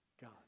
God